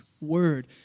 word